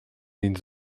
ins